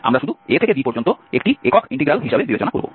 আমরা শুধু a থেকে b পর্যন্ত একটি একক ইন্টিগ্রাল হিসাবে বিবেচনা করব